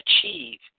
achieve